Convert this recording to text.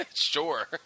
sure